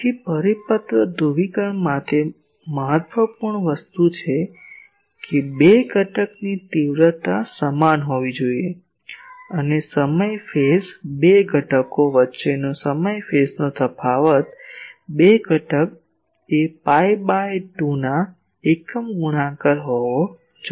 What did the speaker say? તેથી પરિપત્ર ધ્રુવીકરણ માટે મહત્વપૂર્ણ વસ્તુ છે 2 ઘટકની તીવ્રતા સમાન હોવી જોઈએ અને સમય ફેઝ 2 ઘટકો વચ્ચેનો સમય ફેઝનો તફાવત 2 ઘટક એ પાઈ ભાગ્યા 2 ના એકમ ગુણાકાર હોવો જોઈએ